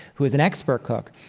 who was an expert cook,